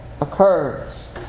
occurs